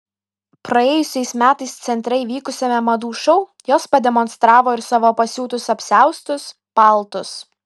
praėjusiais metais centre įvykusiame madų šou jos pademonstravo ir savo pasiūtus apsiaustus paltus